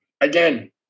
Again